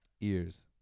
ears